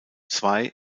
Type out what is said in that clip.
zwei